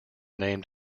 named